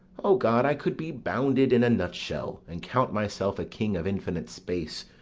o god, i could be bounded in a nutshell, and count myself a king of infinite space,